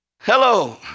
Hello